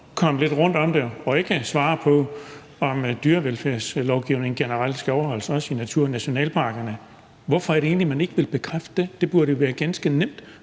komme lidt rundt om det og ikke svarer på, om dyrevelfærdslovgivningen generelt skal overholdes, også i naturnationalparkerne. Hvorfor er det egentlig, at man ikke vil bekræfte det? Det burde være ganske nemt